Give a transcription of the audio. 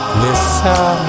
listen